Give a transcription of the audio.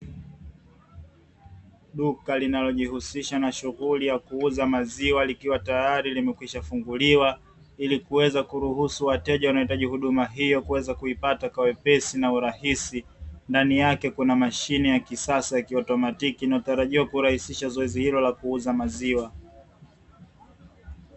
Duka linalojihusisha na shughuli ya kuuza maziwa likiwa tayari limekwisha funguliwa, ili kuweza kuruhusu wateja wanaohitaji huduma hiyo kuweza kuipata kwa wepesi na urahisi, ndani yake kuna mashine ya kisasa ya kiautomatiki inalotarajiwa kurahisisha zoezi hilo la kuuza maziwa.